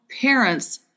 parents